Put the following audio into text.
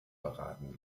beraten